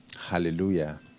hallelujah